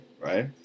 right